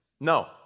No